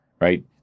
right